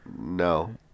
No